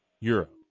Europe